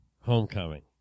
homecoming